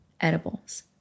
edibles